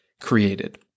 created